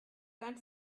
dein